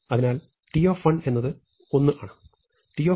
അതിനാൽ t എന്നത് 1 ആണ്